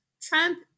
Trump